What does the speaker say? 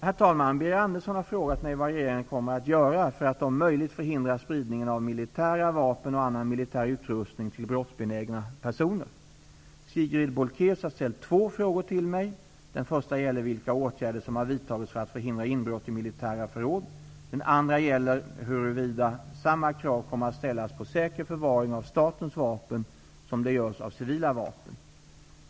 Herr talman! Birger Andersson har frågat mig vad regeringen kommer att göra för att om möjligt förhindra spridningen av militära vapen och annan militär utrustning till brottsbenägna personer. Sigrid Bolkéus har ställt två frågor till mig. Den första gäller vilka åtgärder som har vidtagits för att förhindra inbrott i militära förråd. Den andra gäller huruvida samma krav kommer att ställas på säker förvaring av statens vapen som det görs beträffande civila vapen.